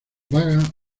vaga